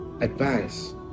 advice